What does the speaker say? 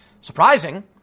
Surprising